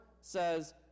says